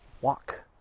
walk